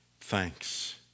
thanks